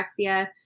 anorexia